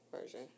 version